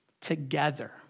Together